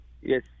Yes